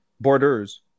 Borders